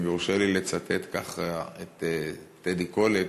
אם יורשה לי לצטט כך את טדי קולק,